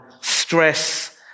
stress